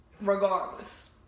Regardless